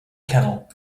canal